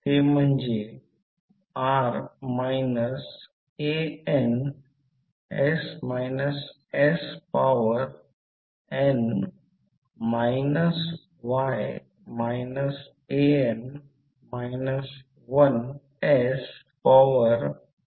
तर म्हणून चिन्ह आहे mutual reactance j 2 j 2 i1 i2 आहे